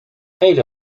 خیلی